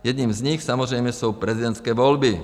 Jedním z nich samozřejmě jsou prezidentské volby.